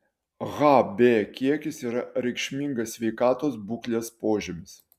hb kiekis yra reikšmingas sveikatos būklės požymis